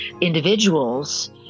individuals